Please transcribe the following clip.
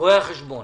רואי החשבון.